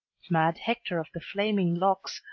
mad hector of the flaming locks,